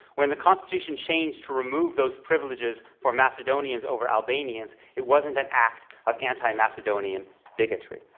when the constitution changed to remove those privileges for macedonians over albanians, it wasn't an act of anti-macedonian bigotry.